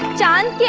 done yeah